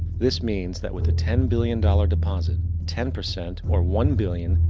this means that with a ten billion dollar deposit, ten percent, or one billion,